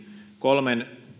kolmen